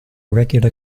regular